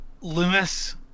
Loomis